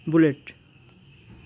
bullet